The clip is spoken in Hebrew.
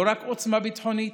לא רק עוצמה ביטחונית,